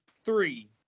three